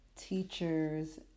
teachers